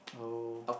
oh